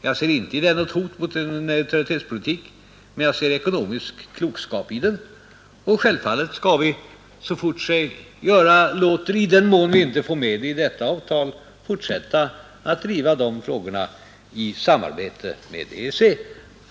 Jag ser i den inte något hot mot en neutralitetspolitik, utan en ekonomisk klokskap. Självfallet skall vi så fort sig göra låter — i den mån vi inte får med det i detta avtal — fortsätta att driva de frågorna i samarbete med EEC.